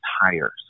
higher